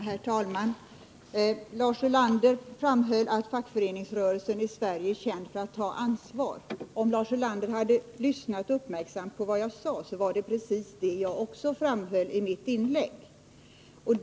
Herr talman! Lars Ulander framhöll att fackföreningsrörelsen i Sverige är känd för att ta ansvar. Om Lars Ulander hade lyssnat uppmärksamt på vad jag sade i mitt inlägg skulle han ha hört att det var precis vad jag framhöll.